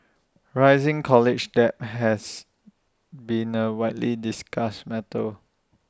rising college debt has been A widely discussed matter